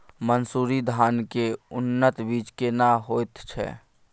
मन्सूरी धान के उन्नत बीज केना होयत छै?